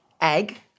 egg